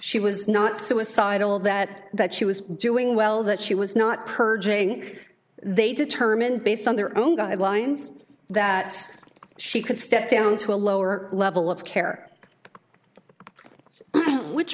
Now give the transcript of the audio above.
she was not suicidal that that she was doing well that she was not purging they determined based on their own guidelines that she could step down to a lower level of care which